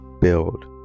build